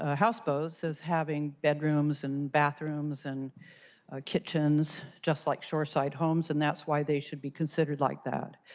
ah houseboats, as having bedrooms and bathrooms and a kitchen just like shoreside homes. and that's why they should be considered like that.